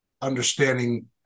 understanding